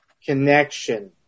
Connection